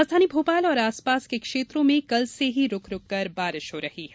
राजधानी भोपाल और आसपास के क्षेत्रों में कल से ही रुक रुककर बारिश हो रही है